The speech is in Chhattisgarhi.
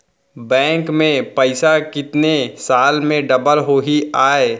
बैंक में पइसा कितने साल में डबल होही आय?